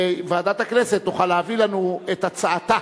וועדת הכנסת תוכל להביא לנו את הצעתה,